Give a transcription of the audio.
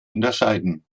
unterscheiden